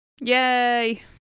Yay